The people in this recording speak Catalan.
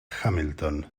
hamilton